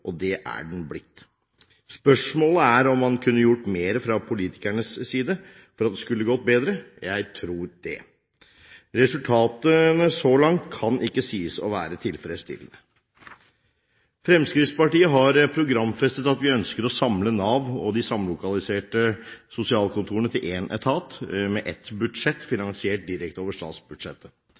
og det er den blitt. Spørsmålet er om man kunne gjort mer fra politikernes side for at dette skulle gått bedre. Jeg tror det. Resultatene så langt kan ikke sies å være tilfredsstillende. Fremskrittspartiet har programfestet at vi ønsker å samle Nav og de samlokaliserte sosialkontorene til én etat, og med ett budsjett finansiert direkte over statsbudsjettet.